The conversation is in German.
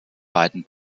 beiden